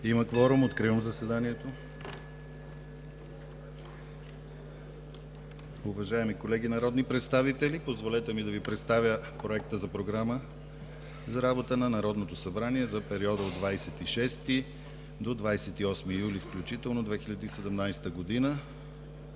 Има кворум. Откривам заседанието. Уважаеми колеги народни представители, позволете ми да Ви представя Проект за програма за работа на Народното събрание за периода от 26 до 28 юли 2017 г.,